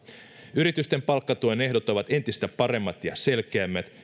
yritysten palkkatuen ehdot ovat entistä paremmat ja selkeämmät